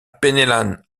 penellan